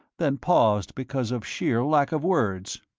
then paused because of sheer lack of words.